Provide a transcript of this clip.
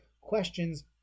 questions